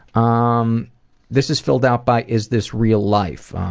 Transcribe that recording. um this is filled out by is this real life,